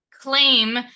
claim